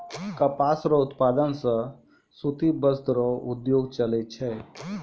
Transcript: कपास रो उप्तादन से सूती वस्त्र रो उद्योग चलै छै